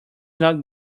not